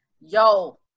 Yo